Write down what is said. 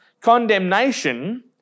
Condemnation